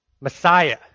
Messiah